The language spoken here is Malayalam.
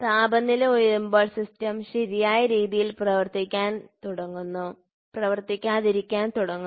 താപനില ഉയരുമ്പോൾ സിസ്റ്റം ശരിയായ രീതിയിൽ പ്രവർത്തിക്കാതിരിക്കാൻ തുടങ്ങുന്നു